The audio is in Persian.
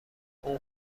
اون